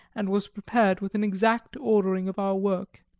and was prepared with an exact ordering of our work.